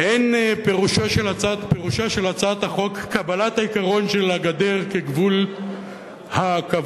אין פירושה של הצעת החוק קבלת העיקרון של הגדר כגבול הקבוע